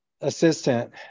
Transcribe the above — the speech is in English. assistant